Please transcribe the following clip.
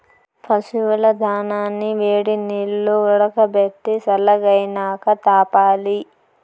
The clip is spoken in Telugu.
పశువుల దానాని వేడినీల్లో ఉడకబెట్టి సల్లగైనాక తాపాలి